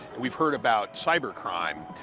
we've heard about cybercrime.